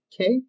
okay